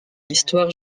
histoire